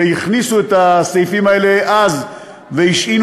שהכניסו את הסעיפים האלה אז והשעינו